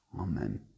Amen